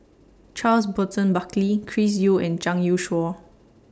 Charles Burton Buckley Chris Yeo and Zhang Youshuo